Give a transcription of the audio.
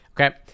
Okay